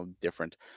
different